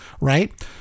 right